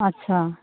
अच्छा